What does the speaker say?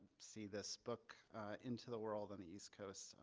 see this book into the world on the east coast.